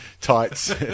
tights